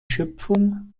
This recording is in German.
schöpfung